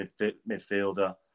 midfielder